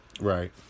Right